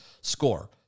SCORE